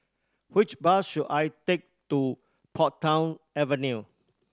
which bus should I take to Portsdown Avenue